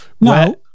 no